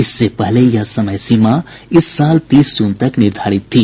इससे पहले यह समयसीमा इस साल तीस जून तक निर्धारित थी